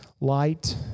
light